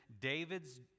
David's